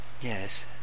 Yes